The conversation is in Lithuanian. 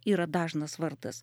yra dažnas vardas